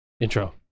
intro